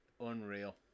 Unreal